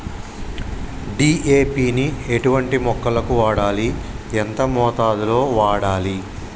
DAP ని ఎటువంటి మొక్కలకు వాడాలి? ఎంత మోతాదులో వాడాలి?